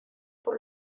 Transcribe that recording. por